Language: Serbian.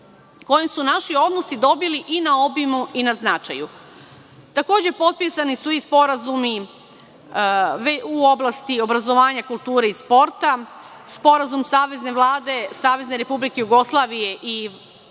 kojim su naši odnosi dobili i na obimu i na značaju. Takođe potpisani su i sporazumi u oblasti obrazovanja, kulture i sporta. Sporazum Savezne Vlade Savezne Republike Jugoslavije i Vlade